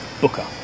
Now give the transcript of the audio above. Booker